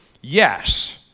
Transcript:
yes